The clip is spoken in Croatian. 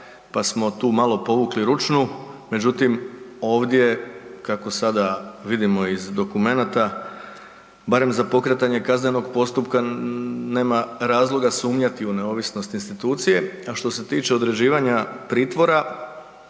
pa smo tu malo povukli ručnu, međutim ovdje kako sada vidimo iz dokumenata barem za pokretanje kaznenog postupka nema razloga sumnjati u neovisnost institucije. A što se tiče određivanja pritvora,